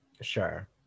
Sure